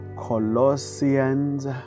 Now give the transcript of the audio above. Colossians